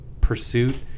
pursuit